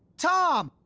tom,